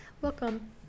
Welcome